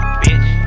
bitch